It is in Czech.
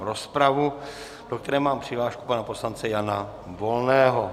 Otevírám rozpravu, do které mám přihlášku pana poslance Jana Volného.